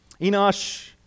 Enosh